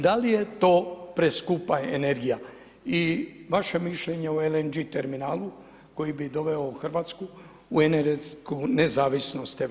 Da li je to preskupa energija i vaše mišljenje o LNG terminalu koji bi doveo u Hrvatsku u energetsku nezavisnost Europe.